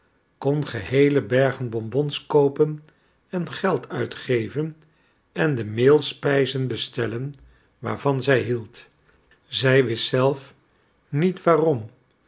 kon geheele bergen bonbons koopen en geld uitgeven en de meelspijzen bestellen waarvan zij hield zij wist zelf niet waarom